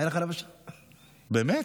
באמת?